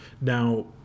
now